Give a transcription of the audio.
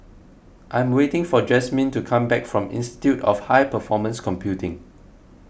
I am waiting for Jazmyne to come back from Institute of High Performance Computing